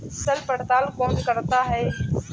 फसल पड़ताल कौन करता है?